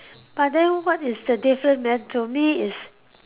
but then what is the different man to me is